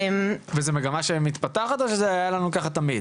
וזו מגמה שמתפתחת, או שזה היה לנו תמיד?